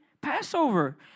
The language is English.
Passover